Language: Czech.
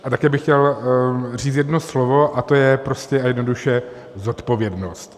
A také bych chtěl říct jedno slovo, a to je prostě a jednoduše zodpovědnost.